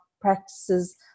practices